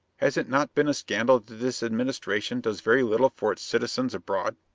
has it not been a scandal that this administration does very little for its citizens abroad?